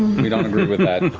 we don't agree with that. and